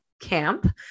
Camp